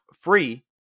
free